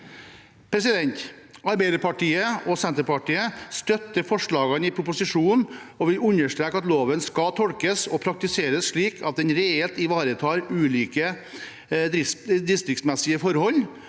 Arbeiderpartiet og Senterpartiet støtter forslagene i proposisjonen og vil understreke at loven skal tolkes og praktiseres slik at den reelt ivaretar ulike distriktsmessige forhold,